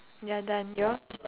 ya done yours